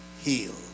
healed